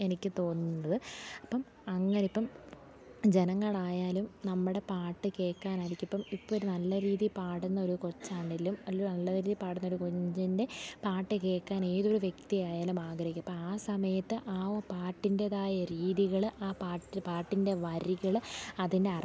എനിക്ക് തോന്നുന്നത് അപ്പം അങ്ങനിപ്പം ജനങ്ങളായാലും നമ്മുടെ പാട്ട് കേൾക്കാനിരിക്കിപ്പം ഇപ്പം ഒരു നല്ല രീതിയിൽ പാടുന്നൊരു കൊച്ചാണെങ്കിലും അല്ലേ നല്ല രീതിയിൽ പാടുന്നൊരു കുഞ്ഞിൻ്റെ പാട്ടു കേൾക്കാനേതൊരു വ്യക്തിയായാലും ആഗ്രഹിക്കും അപ്പം ആ സമയത്ത് ആ ഓ പാട്ടിൻ്റേതായ രീതികൾ ആ പാട്ട് പാട്ടിൻ്റെ വരികൾ അതിൻ്റർത്ഥ